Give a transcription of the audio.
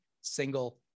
single